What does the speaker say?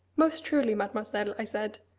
most truly, mademoiselle, i said,